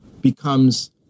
becomes